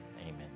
Amen